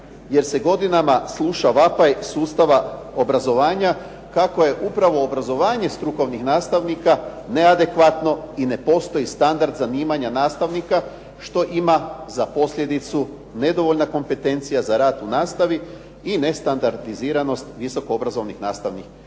jer se godinama sluša vapaj sustava obrazovanja kako je upravo obrazovanje strukovnih nastavnika neadekvatno i ne postoji standard zanimanja nastavnika što ima za posljedicu nedovoljna kompetencija za rad u nastavi i nestandardiziranost visoko obrazovnih programa